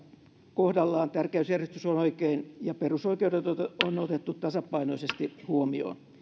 kohdallaan tärkeysjärjestys on oikein ja perusoikeudet on otettu tasapainoisesti huomioon